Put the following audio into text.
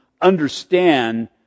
understand